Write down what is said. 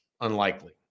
unlikely